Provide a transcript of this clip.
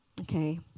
Okay